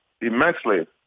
immensely